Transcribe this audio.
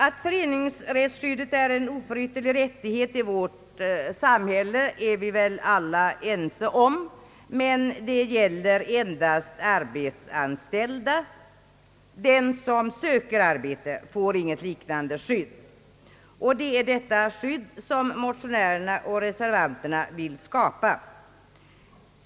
Att detta är en oförytterlig rättighet i vårt samhälle är vi väl alla ense om. Men det gäller endast arbetsanställda. Den som söker arbete får inget liknande skydd. Det är detta skydd som motionärerna och reservanterna vill skapa.